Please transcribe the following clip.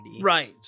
Right